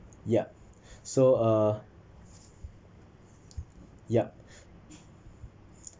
yup so uh yup